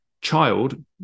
child